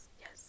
yes